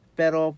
pero